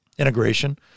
integration